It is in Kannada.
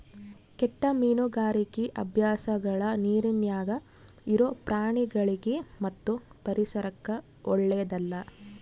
ಕೆಟ್ಟ ಮೀನುಗಾರಿಕಿ ಅಭ್ಯಾಸಗಳ ನೀರಿನ್ಯಾಗ ಇರೊ ಪ್ರಾಣಿಗಳಿಗಿ ಮತ್ತು ಪರಿಸರಕ್ಕ ಓಳ್ಳೆದಲ್ಲ